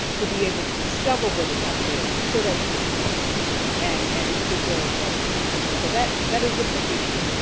to be able to discover what is out there so that we can read and and preserve that information. so that that is a big issue.